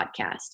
podcast